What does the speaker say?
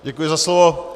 Děkuji za slovo.